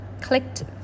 Clicked